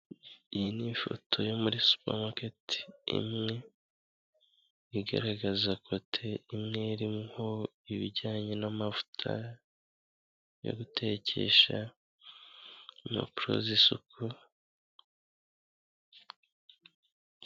Iyi ni ifoto yo muri supamaketi imwe igaragaza kote imwe irimo ibijyanye n'amavuta yo gutekesha impapuro z'isuku.